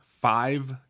five